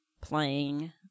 playing